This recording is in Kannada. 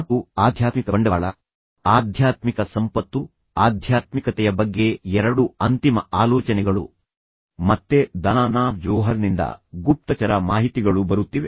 ಮತ್ತು ಆಧ್ಯಾತ್ಮಿಕ ಬಂಡವಾಳ ಆಧ್ಯಾತ್ಮಿಕ ಸಂಪತ್ತು ಆಧ್ಯಾತ್ಮಿಕತೆಯ ಬಗ್ಗೆ ಎರಡು ಅಂತಿಮ ಆಲೋಚನೆಗಳು ಮತ್ತೆ ದಾನಾಹ್ ಜೋಹರ್ನಿಂದ ಗುಪ್ತಚರ ಮಾಹಿತಿಗಳು ಬರುತ್ತಿವೆ